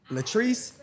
Latrice